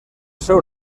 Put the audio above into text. seu